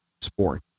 sport